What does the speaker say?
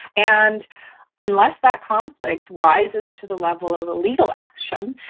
and unless that conflict rises to the level of legal action,